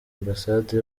ambasade